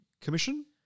Commission